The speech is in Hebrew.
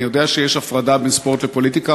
אני יודע שיש הפרדה בין ספורט לפוליטיקה,